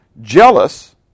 jealous